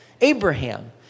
Abraham